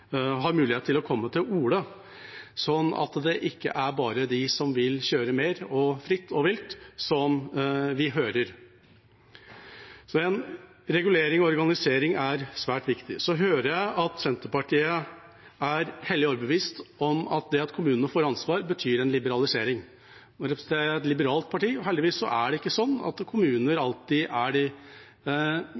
har mulighet til å komme til orde, slik at det ikke er bare de som vil kjøre mer, fritt og vilt, vi hører. Regulering og organisering er svært viktig. Jeg hører at Senterpartiet er hellig overbevist om at det at kommunene får ansvar, betyr en liberalisering. Venstre er et liberalt parti, men heldigvis er det ikke sånn at kommuner alltid er